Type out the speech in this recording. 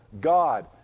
God